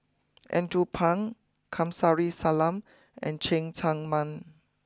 Andrew Phang Kamsari Salam and Cheng Tsang Man